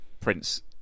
Prince